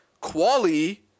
Quali